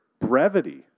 brevity